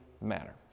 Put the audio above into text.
matter